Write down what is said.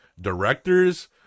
directors